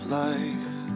life